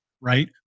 right